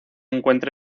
encuentre